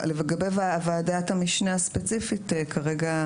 לגבי ועדת המשנה הספציפית כרגע,